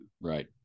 Right